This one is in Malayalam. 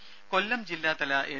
രുര കൊല്ലം ജില്ലാതല എൽ